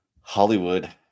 Hollywood